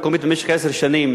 כראש מועצה מקומית במשך עשר שנים,